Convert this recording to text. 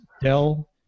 Dell